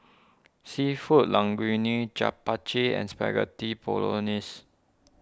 Seafood Linguine Japchae and Spaghetti Bolognese